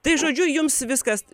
tai žodžiu jums viskas